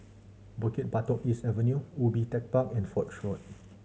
Bukit Batok East Avenue Ubi Tech Park and Foch Road